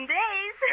days